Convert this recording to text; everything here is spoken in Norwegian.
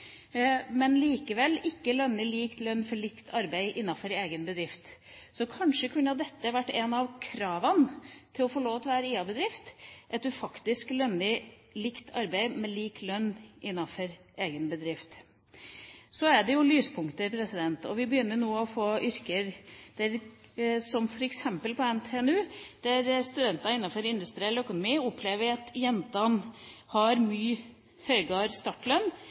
men gir likevel ikke lik lønn for likt arbeid i egen bedrift. Kanskje kunne et av kravene for å være IA-bedrift være lik lønn for likt arbeid i egen bedrift. Det er jo lyspunkter. Vi begynner å se det innenfor noen studier, som f.eks. på NTNU, der studenter innenfor industriell økonomi opplever at jentene har mye høyere startlønn